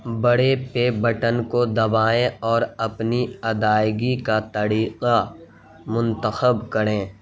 بڑے پے بٹن کو دبائیں اور اپنی ادائیگی کا طریقہ منتخب کریں